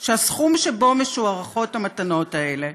שהסכום שבו מוערכות המתנות האלה,